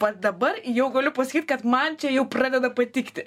va dabar jau galiu pasakyt kad man čia jau pradeda patikti